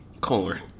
corn